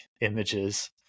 images